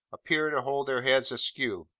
appear to hold their heads askew,